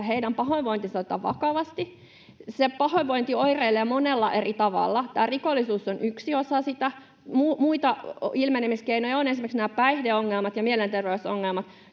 että heidän pahoinvointinsa otetaan vakavasti. Se pahoinvointi oireilee monella eri tavalla. Rikollisuus on yksi osa sitä. Muita ilmenemiskeinoja ovat esimerkiksi päihdeongelmat ja mielenterveysongelmat